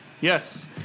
Yes